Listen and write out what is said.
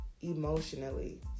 emotionally